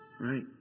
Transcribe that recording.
Right